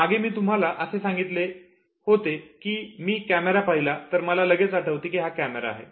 मागे मी तुम्हाला असे सांगितले होते की जर मी कॅमेरा पाहिला तर मला लगेच आठवते की हा कॅमेरा आहे